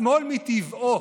השמאל מטבעו